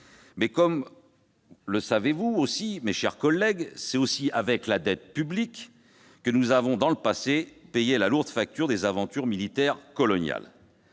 Mais, comme vous le savez, mes chers collègues, c'est aussi avec la dette publique que nous avons, dans le passé, payé la lourde facture des aventures militaires coloniales